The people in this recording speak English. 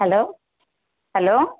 hello hello